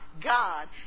God